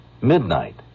midnight